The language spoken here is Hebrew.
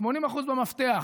80% עם המפתח.